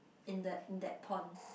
in the in that pond